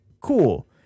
cool